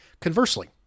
Conversely